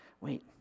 Wait